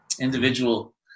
Individual